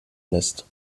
lässt